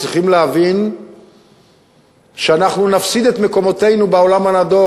צריכים להבין שאנחנו נפסיד את מקומנו בעולם הנאור,